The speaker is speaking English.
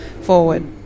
forward